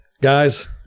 Guys